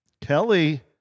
Kelly